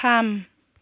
थाम